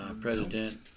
president